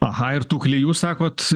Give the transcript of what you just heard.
aha ir tų klijų sakot